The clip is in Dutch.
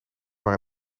maar